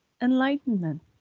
enlightenment